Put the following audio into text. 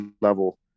level